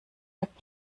app